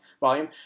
volume